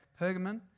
Pergamon